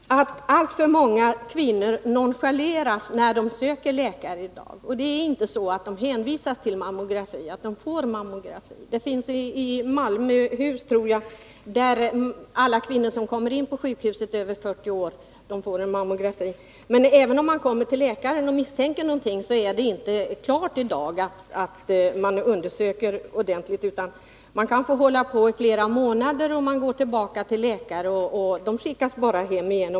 Fru talman! Det är alltför många kvinnor som nonchaleras när de söker läkare i dag för misstänkta förändringar i brösten. Det är inte så att de får mammografiundersökning obligatoriskt. I Malmöhus län tror jag alla kvinnor över 40 år som kommer in på sjukhuset får en mammografi. Men om man på andra håll kommer till läkare därför att man misstänker något, är det i dag inte klart att man får en ordentlig undersökning, utan man kan få fortsätta att söka i flera månader. Man går tillbaka till läkaren men blir bara hemskickad.